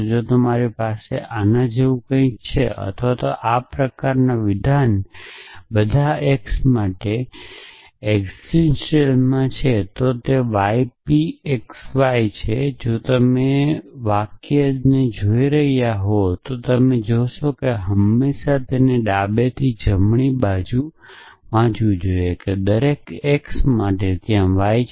જો તમારી પાસે આ જેવું કંઈક છે અથવા આ પ્રકારનું વિધાન બધા x માટે એકસીટેંટીયલમાં છે તે ypxy છે જો તમે જોતા વાક્યોને જોતા હો ત્યારે જોશો કે તમારે હંમેશાં ડાબેથી જમણે વાંચવું જોઈએ કે દરેક x માટે ત્યાં y છે